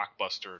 blockbuster